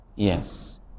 Yes